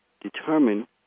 determine